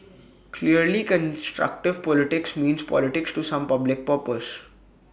clearly constructive politics means politics to some public purpose